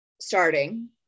starting